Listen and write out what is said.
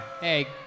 Hey